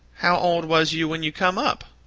how old was you when you come up?